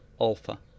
Alpha